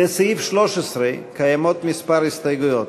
לסעיף 13 קיימות כמה הסתייגויות.